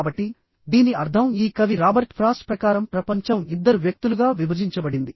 కాబట్టి దీని అర్థం ఈ కవి రాబర్ట్ ఫ్రాస్ట్ ప్రకారం ప్రపంచం ఇద్దరు వ్యక్తులుగా విభజించబడింది